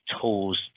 tools